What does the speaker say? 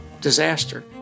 disaster